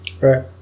Right